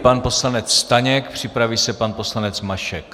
Pan poslanec Staněk, připraví se pan poslanec Mašek.